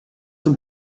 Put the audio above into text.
zum